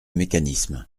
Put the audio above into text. mécanisme